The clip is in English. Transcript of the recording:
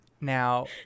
Now